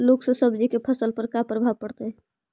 लुक से सब्जी के फसल पर का परभाव पड़तै?